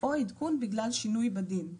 או עדכון בגלל שינוי בדין,